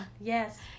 yes